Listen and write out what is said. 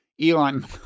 Elon